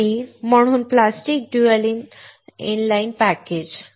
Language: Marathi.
आणि म्हणून प्लास्टिक ड्युअल इनलाइन पॅकेज